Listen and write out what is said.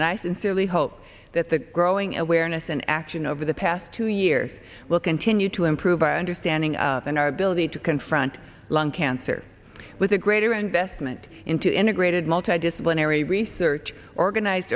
and i sincerely hope that the growing awareness in action over the past two years will continue to improve our understanding and our ability to confront lung cancer with a greater investment into integrated multi disciplinary research organized